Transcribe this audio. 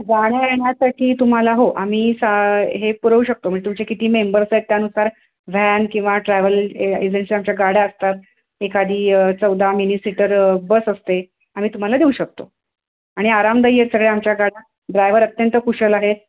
जाण्यायेण्यासाठी तुम्हाला हो आम्ही सा हे पुरवू शकतो म्हणजे तुमचे किती मेंबर्स आहेत त्यानुसार व्हॅन किंवा ट्रॅव्हल एजन्सी आमच्या गाड्या असतात एखादी चौदा मिनी सीटर बस असते आम्ही तुम्हाला देऊ शकतो आणि आरामदायी आहेत सगळ्या आमच्या गाड्या ड्रायव्हर अत्यंत कुशल आहे